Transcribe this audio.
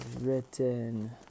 written